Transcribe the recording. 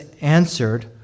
answered